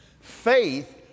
Faith